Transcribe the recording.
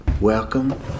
Welcome